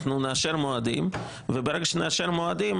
אנחנו נאשר מועדים וברגע שנאשר מועדים,